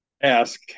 ask